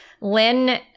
Lynn